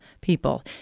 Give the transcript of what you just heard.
people